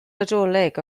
nadolig